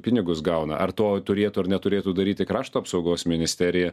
pinigus gauna ar to turėtų ar neturėtų daryti krašto apsaugos ministerija